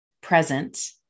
present